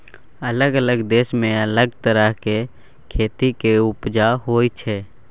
अलग अलग देश मे अलग तरहक खेती केर उपजा होइ छै